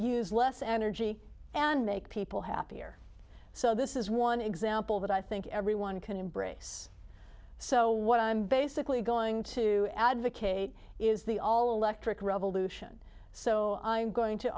use less energy and make people happier so this is one example that i think everyone can embrace so what i'm basically going to advocate is the all electric revolution so i'm going to